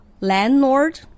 landlord